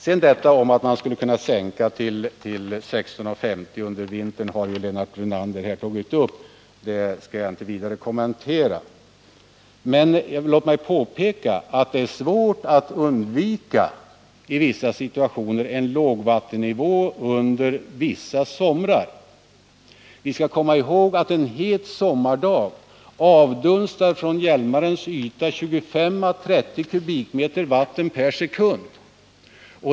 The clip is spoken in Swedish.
Påståendet att man skulle sänka vattenståndet till 16,50 under vintern har Lennart Brunander tagit upp — det skall jag inte vidare kommentera. Men låt mig påpeka att det är svårt att undvika en lågvattennivå under vissa somrar. Vi skall komma ihåg att en het sommardag avdunstar från Hjälmarens yta 25 å 30 m? vatten per sekund.